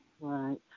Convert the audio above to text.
Right